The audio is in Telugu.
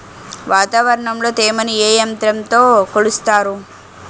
వాతావరణంలో తేమని ఏ యంత్రంతో కొలుస్తారు?